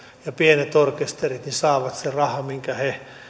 ja pienet orkesterit saavat sen rahan minkä